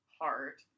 heart